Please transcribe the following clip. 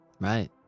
Right